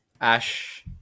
Ash